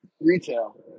Retail